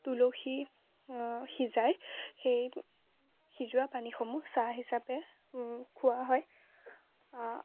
তুলসী সিজাই সেই সিজোৱা পানীসমূহ চাহ হিচাপে খোৱা হয়